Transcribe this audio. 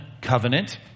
covenant